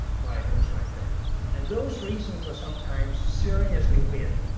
why it looks like that and those reasons are sometimes seriously weird.